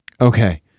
Okay